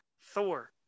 Thor